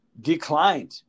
declined